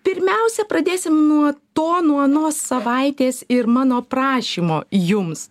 pirmiausia pradėsim nuo to nuo anos savaitės ir mano prašymo jums